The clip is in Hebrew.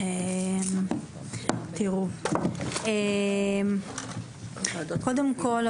זה ליקויי למידה, בעיות התנהגות